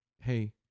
hey